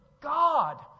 God